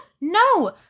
no